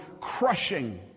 crushing